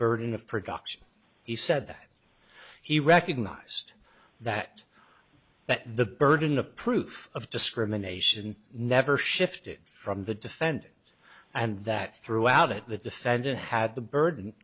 burden of production he said that he recognized that but the burden of proof of discrimination never shifted from the defendant and that throughout it the defendant had the burden